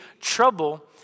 trouble